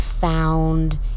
found